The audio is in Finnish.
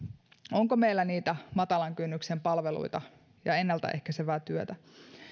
onko meillä matalan kynnyksen palveluita ja ennalta ehkäisevää työtä